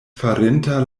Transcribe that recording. farinta